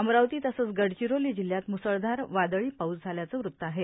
अमरावती तसंच गडचिरोली जिल्ह्यांत मुसळधार वादळी पाऊस झाल्याचं वृत्त आहे